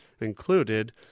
included